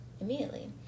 immediately